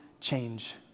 change